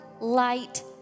light